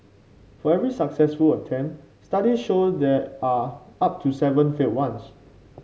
for every successful attempt studies show there are up to seven failed ones